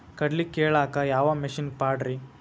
ಕಡ್ಲಿ ಕೇಳಾಕ ಯಾವ ಮಿಷನ್ ಪಾಡ್ರಿ?